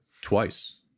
Twice